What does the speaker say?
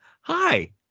hi